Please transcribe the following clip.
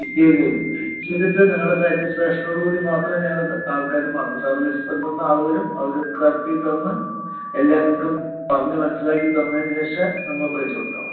പിറ്റേന്ന് വരും തീർച്ചയായും നിങ്ങളുടെ സാറ്റിസ്ഫാക്ഷനോടുകൂടി മാത്രമേ ഞങ്ങളുടെ ആള്ക്കാര് സർവീസ് സെൻ്ററിൽ നിന്ന് ആള് വരും അവര് കാട്ടി തന്ന് എല്ലാം നിങ്ങൾക്ക് പറഞ്ഞ് മനസിലാക്കി തന്നതിന് ശേഷമേ നിങ്ങള് പൈസ കൊടുത്താൽ മതി